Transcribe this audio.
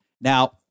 Now